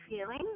feeling